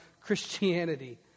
Christianity